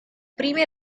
prime